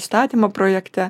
įstatymo projekte